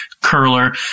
curler